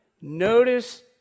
notice